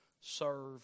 serve